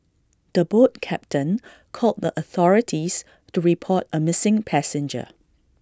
the boat captain called the authorities to report A missing passenger